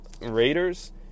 Raiders